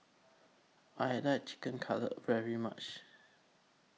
I like Chicken Cutlet very much